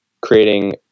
creating